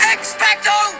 Expecto